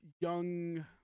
young